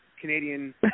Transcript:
Canadian